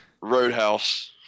Roadhouse